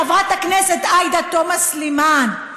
חברת הכנסת עאידה תומא סלימאן,